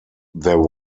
there